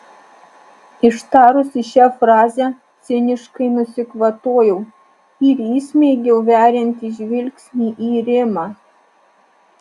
ištarusi šią frazę ciniškai nusikvatojau ir įsmeigiau veriantį žvilgsnį į rimą